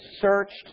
searched